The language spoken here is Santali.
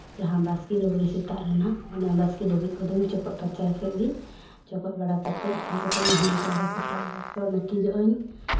ᱡᱟᱦᱟᱸ ᱵᱟᱥᱠᱮ ᱞᱩᱜᱽᱲᱤ ᱥᱮᱛᱟᱜ ᱨᱮᱱᱟᱜ ᱚᱱᱟ ᱵᱟᱥᱠᱮ ᱞᱩᱜᱽᱲᱤ ᱠᱚᱫᱚ ᱪᱚᱠᱚᱡ ᱯᱷᱟᱨᱪᱟ ᱠᱮᱫ ᱜᱮ ᱪᱚᱠᱚᱡ ᱵᱟᱲᱟ ᱠᱟᱛᱮ ᱤᱱᱟᱹ ᱠᱟᱛᱮ ᱤᱧ ᱦᱚᱸᱧ ᱯᱟᱭᱨᱟ ᱥᱟᱯᱷᱟᱧ ᱟᱹᱧ ᱱᱟᱹᱠᱤᱡᱚᱜ ᱟᱹᱧ